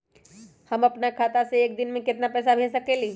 हम अपना खाता से एक दिन में केतना पैसा भेज सकेली?